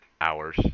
hours